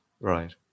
right